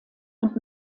und